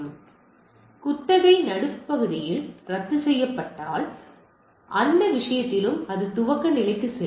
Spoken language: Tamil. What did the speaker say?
எனவே குத்தகை நடுப்பகுதியில் ரத்துசெய்யப்பட்டால் அந்த விஷயத்திலும் அது துவக்க நிலைக்கு செல்லும்